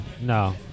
no